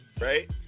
right